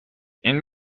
این